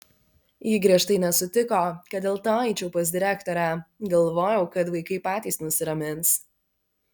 ji griežtai nesutiko kad dėl to eičiau pas direktorę galvojau kad vaikai patys nusiramins